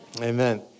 Amen